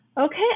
okay